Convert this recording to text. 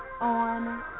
on